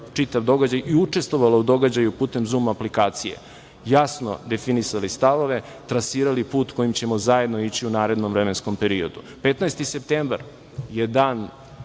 čitav događaj i učestvovali u događaju putem zum aplikacije, jasno definisali stavove, trasirali put kojim ćemo zajedno ići u narednom vremenskom periodu. Dalje, 15. septembar je dan